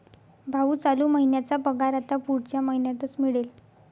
भाऊ, चालू महिन्याचा पगार आता पुढच्या महिन्यातच मिळेल